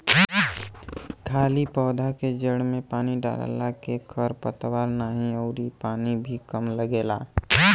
खाली पौधा के जड़ में पानी डालला के खर पतवार नाही अउरी पानी भी कम लगेला